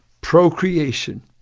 Procreation